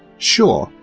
sure,